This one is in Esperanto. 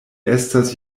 estas